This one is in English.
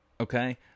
Okay